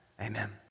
Amen